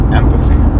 empathy